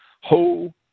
ho